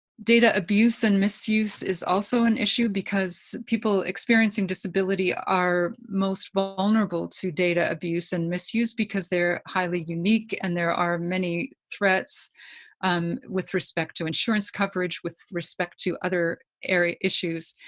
data abuse and misuse is also an issue because people experiencing disability are most vulnerable to data abuse and misuse because they're highly unique and there are many threats um with respect to insurance coverage, with respect to other issues.